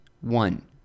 One